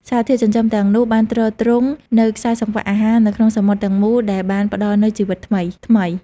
សារធាតុចិញ្ចឹមទាំងនោះបានទ្រទ្រង់នូវខ្សែសង្វាក់អាហារនៅក្នុងសមុទ្រទាំងមូល ដែលបានផ្តល់នូវជីវិតថ្មីៗ។